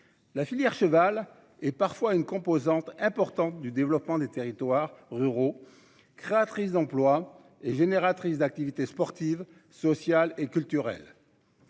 La filière cheval et parfois une composante importante du développement des territoires ruraux créatrice d'emplois et génératrice d'activités sportives, sociales et culturelles.